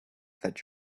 that